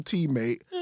Teammate